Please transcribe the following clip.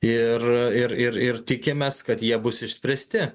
ir ir ir ir tikimės kad jie bus išspręsti